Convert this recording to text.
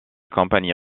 compagnie